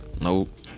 Nope